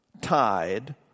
tied